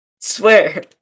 Swear